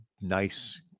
nice